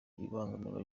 ibangamirwa